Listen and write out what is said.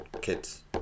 kids